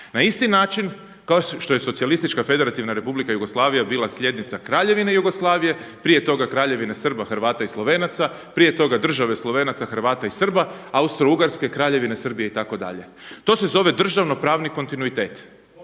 na isti način kao što je Socijalistička Federativna Republika Jugoslavija bila slijednica Kraljevine Jugoslavije, prije toga Kraljevine Srba, Hrvata i Slovenaca, prije toga Države Slovenaca, Hrvata i Srba, Austro-Ugarske, Kraljevine Srbije itd. To se zove državnopravni kontinuitet.